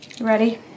Ready